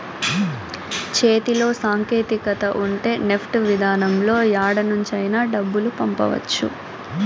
చేతిలో సాంకేతికత ఉంటే నెఫ్ట్ విధానంలో యాడ నుంచైనా డబ్బులు పంపవచ్చు